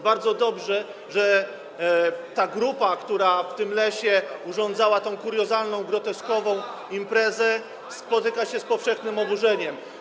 Bardzo dobrze, że ta grupa, która w tym lesie urządzała kuriozalną, groteskową imprezę, spotyka się z powszechnym oburzeniem.